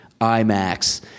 IMAX